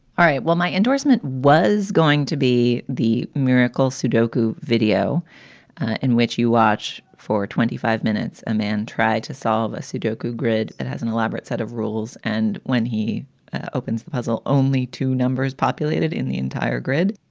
all right. well, my endorsement was going to be the miracle sudoku video in which you watch for twenty five minutes. a man tried to solve a sudoku grid and has an elaborate set of rules. and when he opens the puzzle, only two numbers populated in the entire grid.